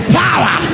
power